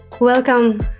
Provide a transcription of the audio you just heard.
Welcome